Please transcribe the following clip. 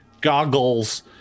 goggles